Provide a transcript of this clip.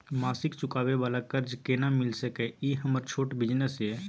मासिक चुकाबै वाला कर्ज केना मिल सकै इ हमर छोट बिजनेस इ?